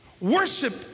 Worship